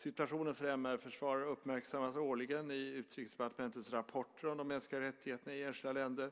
Situationen för MR-försvarare uppmärksammas årligen i Utrikesdepartementets rapporter om de mänskliga rättigheterna i enskilda länder.